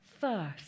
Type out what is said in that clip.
first